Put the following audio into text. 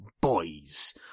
boys